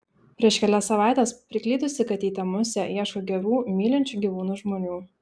prieš kelias savaites priklydusi katytė musė ieško gerų mylinčių gyvūnus žmonių